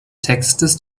textes